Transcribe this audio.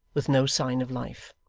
with no sign of life.